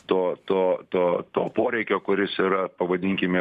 to to to to poreikio kuris yra pavadinkime